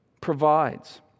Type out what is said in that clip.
provides